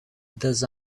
does